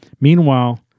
Meanwhile